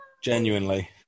genuinely